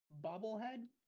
bobblehead